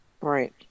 right